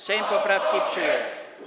Sejm poprawki przyjął.